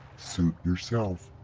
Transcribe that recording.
suit yourself.